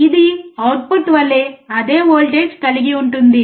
ఇది అవుట్పుట్ వలె అదే వోల్టేజ్ కలిగి ఉంటుంది